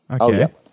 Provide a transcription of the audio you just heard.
Okay